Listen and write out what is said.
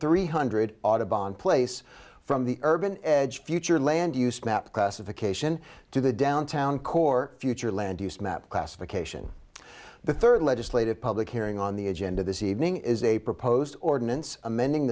three hundred audubon place from the urban edge future land use map classification to the downtown core future land use map classification the third legislative public hearing on the agenda this evening is a proposed ordinance amending